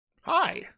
Hi